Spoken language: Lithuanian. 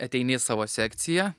ateini į savo sekciją